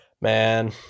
man